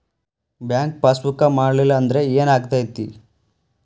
Bank passbook ಮಾಡಲಿಲ್ಲ ಅಂದ್ರೆ ಏನ್ ಆಗ್ತೈತಿ?